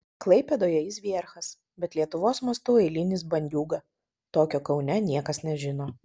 klaipėdoje jis vierchas bet lietuvos mastu eilinis bandiūga tokio kaune niekas nežino